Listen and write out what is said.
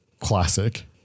classic